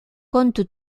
compte